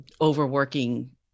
overworking